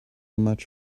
much